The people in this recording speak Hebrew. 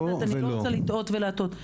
אני לא רוצה לטעות ולהטעות.